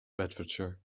bedfordshire